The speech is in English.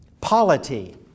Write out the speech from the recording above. polity